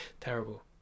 Terrible